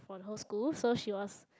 for the whole school so she was